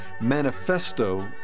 manifesto